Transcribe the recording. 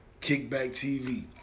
KickbackTV